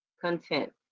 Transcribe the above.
content